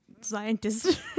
scientist